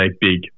big